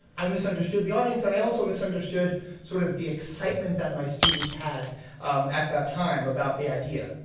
i misunderstood the audience, and i also misunderstood sort of the excitement that my students had at that time about the idea.